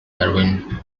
darwin